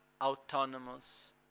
autonomous